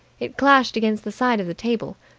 it clashed against the side of the table.